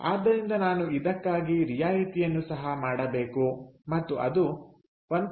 ಆದ್ದರಿಂದ ನಾನು ಇದಕ್ಕಾಗಿ ರಿಯಾಯಿತಿಯನ್ನು ಸಹ ಮಾಡಬೇಕು ಮತ್ತು ಅದು 1 rn ಆಗಿರುತ್ತದೆ